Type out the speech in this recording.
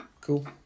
cool